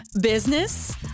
business